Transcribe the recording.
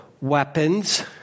weapons